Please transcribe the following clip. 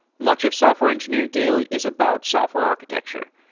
much of software engineering daily is about software architecture,